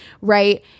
right